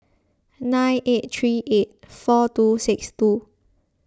nine eight three eight four two six two